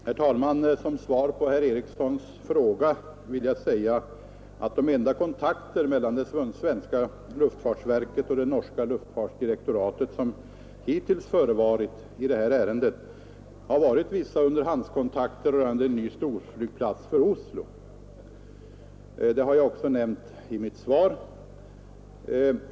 Herr talman! Som svar på herr Erikssons i Arvika fråga vill jag säga att de enda kontakter i ärendet som förevarit mellan det svenska luftfartsverket och det norska luftfartsdirektoratet har varit vissa underhandskontakter rörande ny storflygplats för Oslo; det har jag också nämnt i mitt svar.